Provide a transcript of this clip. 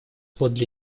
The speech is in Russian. подле